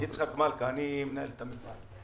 אני מנהל את המפעל.